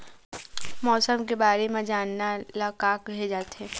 मौसम के बारे म जानना ल का कहे जाथे?